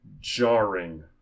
jarring